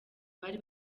bari